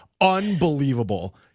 unbelievable